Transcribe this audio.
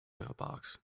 mailbox